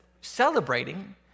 celebrating